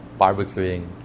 barbecuing